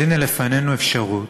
הנה לפנינו אפשרות,